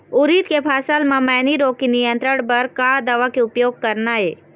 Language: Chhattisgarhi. उरीद के फसल म मैनी रोग के नियंत्रण बर का दवा के उपयोग करना ये?